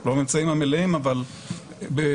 לא הממצאים המלאים אבל בטפטופים,